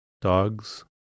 dogs